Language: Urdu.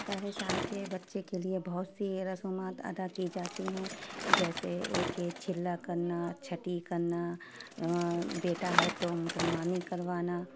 پہلے سال کے بچے کے لیے بہت سی رسومات ادا کی جاتی ہیں جیسے ایک چلہ کرنا چھٹی کرنا بیٹا ہے تو مسلمانی کروانا